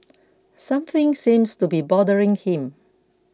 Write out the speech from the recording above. something seems to be bothering him